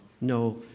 No